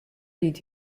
did